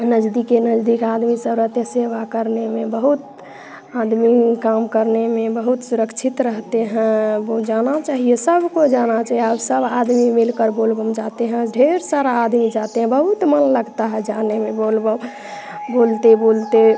नज़दीके नज़दीक आदमी सब रहते सेवा करने में बहुत आदमी काम करने में बहुत सुरक्षित रहते हैं अब वो जाना चाहिए सबको जाना चाहिए अब सब आदमी मिलकर बोल बम जाते हैं ढेर सारा आदमी जाते हैं बहुत मन लगता है जाने में बोल बम बोलते बोलते